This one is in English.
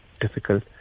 difficult